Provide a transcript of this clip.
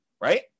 right